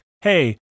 Hey